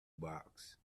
box